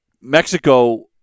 Mexico